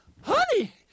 honey